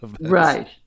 Right